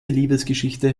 liebesgeschichte